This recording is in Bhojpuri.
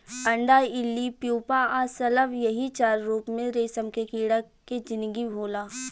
अंडा इल्ली प्यूपा आ शलभ एही चार रूप में रेशम के कीड़ा के जिनगी होला